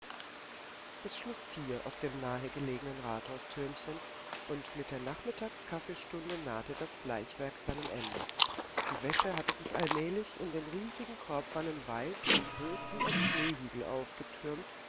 es schlug vier auf dem nahen rathaustürmchen und mit der nachmittags kaffeestunde nahte das bleichwerk seinem ende die wäsche hatte sich allmählich in den riesigen korbwannen weiß und hoch wie schneehügel aufgetürmt